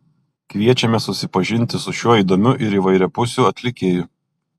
kviečiame susipažinti su šiuo įdomiu ir įvairiapusiu atlikėju